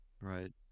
Right